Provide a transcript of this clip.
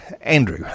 Andrew